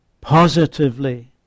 positively